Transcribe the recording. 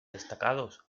destacados